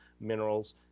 minerals